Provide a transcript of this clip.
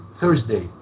Thursday